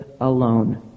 alone